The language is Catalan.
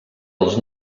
els